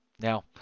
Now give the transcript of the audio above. Now